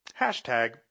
hashtag